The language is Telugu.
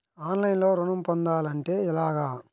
ఆన్లైన్లో ఋణం పొందాలంటే ఎలాగా?